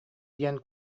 диэн